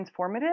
transformative